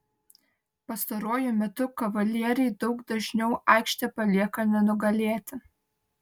pastaruoju metu kavalieriai daug dažniau aikštę palieka nenugalėti